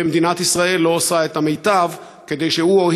ומדינת ישראל לא עושה את המיטב כדי שהוא או